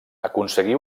aconseguí